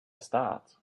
start